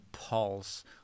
pulse